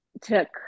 took